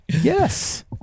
Yes